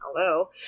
hello